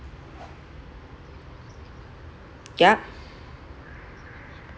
ya